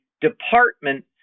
department